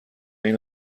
این